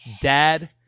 dad